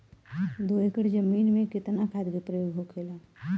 दो एकड़ जमीन में कितना खाद के प्रयोग होखेला?